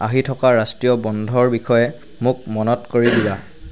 আহি থকা ৰাষ্ট্ৰীয় বন্ধৰ বিষয়ে মোক মনত কৰি দিবা